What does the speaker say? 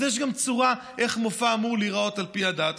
אז יש גם צורה איך מופע אמור להיראות על פי הדת.